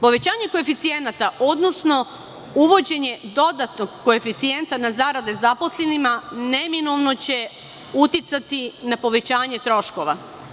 Povećanje koeficijenata, odnosno uvođenje dodatnog koeficijenta na zarade zaposlenima, neminovno će uticati na povećanje troškova.